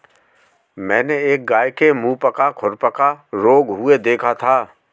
मैंने एक गाय के मुहपका खुरपका रोग हुए देखा था